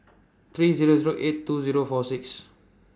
three Zero Zero eight two Zero four six